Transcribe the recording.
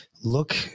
Look